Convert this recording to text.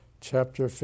chapter